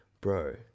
bro